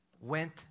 went